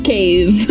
Cave